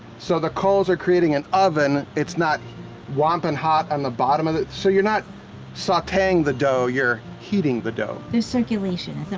so the coals are creating an oven, it's not wompin' hot on and the bottom of it, so you're not sauteing the dough, you're heating the dough. there's circulation,